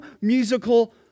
musical